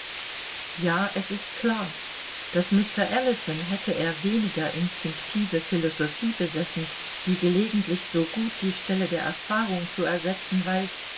ja es ist klar daß mr ellison hätte er weniger instinktive philosophie besessen die gelegentlich so gut die stelle der erfahrung zu ersetzen weiß